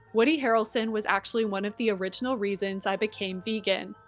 woody harrelson was actually one of the original reasons i became vegan,